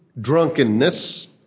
drunkenness